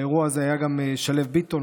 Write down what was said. באירוע הזה היה גם שליו ביטון,